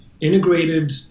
integrated